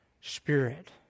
Spirit